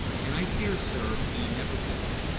and i fear, sir, he never will.